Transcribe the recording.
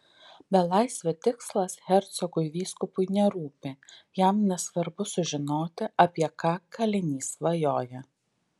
belaisvio tikslas hercogui vyskupui nerūpi jam nesvarbu sužinoti apie ką kalinys svajoja